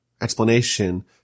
explanation